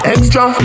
Extra